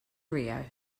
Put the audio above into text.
rio